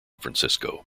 francisco